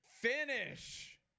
Finish